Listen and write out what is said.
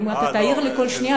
אם תעיר לי כל שנייה,